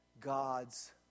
God's